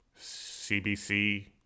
CBC